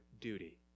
duty